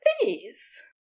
please